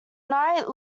knight